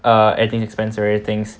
uh anything expensive things